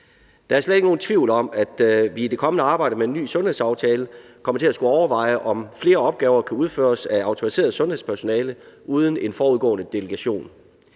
Der er slet ikke nogen tvivl om, at vi i det kommende arbejde med en ny sundhedsaftale kommer til at skulle overveje, om flere opgaver kan udføres af autoriseret sundhedspersonale uden en forudgående delegation.